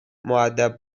مودب